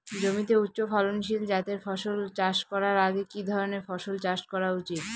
জমিতে উচ্চফলনশীল জাতের ফসল চাষ করার আগে কি ধরণের ফসল চাষ করা উচিৎ?